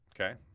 Okay